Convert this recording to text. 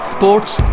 Sports